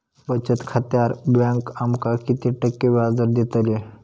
बचत खात्यार बँक आमका किती टक्के व्याजदर देतली?